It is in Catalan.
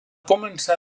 començar